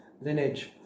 lineage